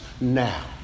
now